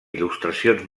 il·lustracions